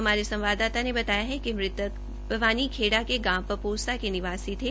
हमारे संवाददाता ने बताया है कि मृतक बवानीखेड़ा के गांव पपोसा के निवासी थे